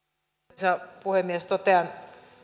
arvoisa puhemies totean